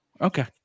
Okay